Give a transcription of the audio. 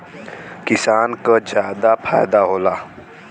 किसान क जादा फायदा होला